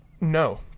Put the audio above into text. No